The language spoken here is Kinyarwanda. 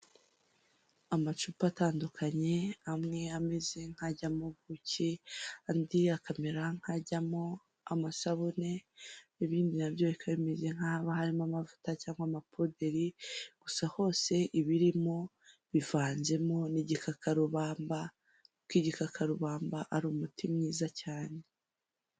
Amacupa atandukanye amwe ameze nkajyamo ubuki andi akamera nkajyamo amasabune, ibindi nabyo bika bimeze nk'ahaba harimo amavuta cyangwa amapuderi gusa hose ibirimo bivanzemo n'igikakarubamba kuko igikakarubamba ari umuti mwiza cyane.